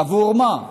עבור מה?